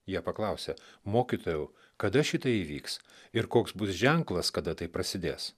jie paklausė mokytojau kada šitai įvyks ir koks bus ženklas kada tai prasidės